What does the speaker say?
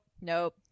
nope